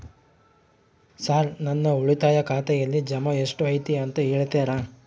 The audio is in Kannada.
ಸರ್ ನನ್ನ ಉಳಿತಾಯ ಖಾತೆಯಲ್ಲಿ ಜಮಾ ಎಷ್ಟು ಐತಿ ಅಂತ ಹೇಳ್ತೇರಾ?